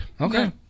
Okay